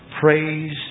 praise